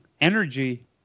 energy